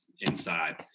inside